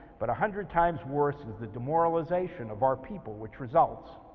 but a hundred times worse is the demoralization of our people which results.